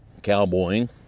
cowboying